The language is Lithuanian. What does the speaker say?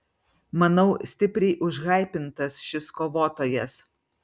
manau stipriai užhaipintas šis kovotojas